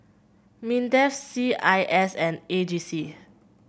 Mindef C I S and A G C